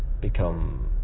become